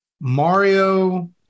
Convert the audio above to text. Mario